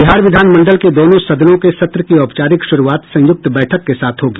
बिहार विधानमंडल के दोनों सदनों के सत्र की औपचारिक शुरुआत संयुक्त बैठक के साथ होगी